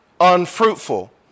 unfruitful